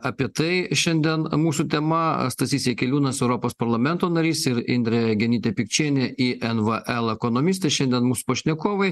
apie tai šiandien mūsų tema stasys jakeliūnas europos parlamento narys ir indrė genytė pikčienė invl ekonomistė šiandien mūsų pašnekovai